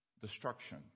Destruction